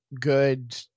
good